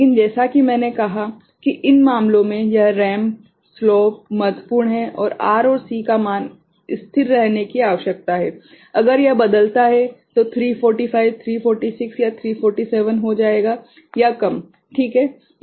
लेकिन जैसा कि मैंने कहा कि इन मामलों में यह रैंप स्लोप महत्वपूर्ण है और R और C का मान स्थिर रहने की आवश्यकता है अगर यह बदलता है तो 345 346 या 347 हो जाएगा या कम ठीक हैं